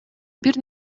бир